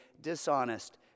dishonest